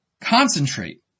Concentrate